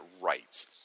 right